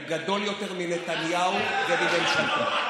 הוא גדול יותר מנתניהו ומממשלתו.